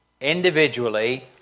individually